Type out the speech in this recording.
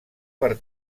per